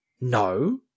No